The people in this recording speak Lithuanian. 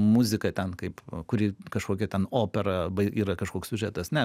muziką ten kaip kuri kažkokia ten opera yra kažkoks siužetas ne